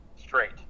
straight